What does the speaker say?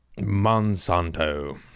Monsanto